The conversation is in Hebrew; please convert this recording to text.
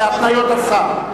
להתניות השר.